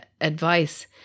advice